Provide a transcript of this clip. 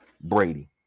Brady